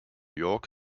york